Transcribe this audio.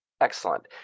Excellent